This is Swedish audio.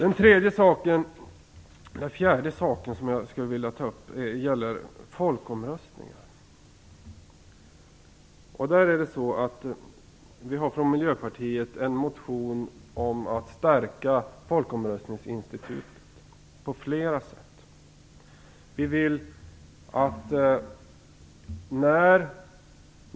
Ytterligare en sak som jag skulle vilja ta upp gäller folkomröstningar. Vi har från Miljöpartiet en motion om att på flera sätt stärka folkomröstningsinstitutet.